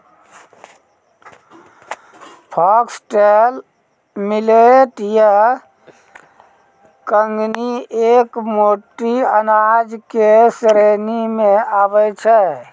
foxtail millet या कंगनी एक मोटो अनाज के श्रेणी मॅ आबै छै